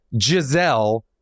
Giselle